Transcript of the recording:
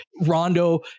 Rondo